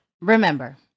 remember